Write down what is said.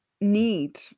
need